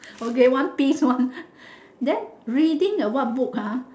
okay one piece one then reading a what book ah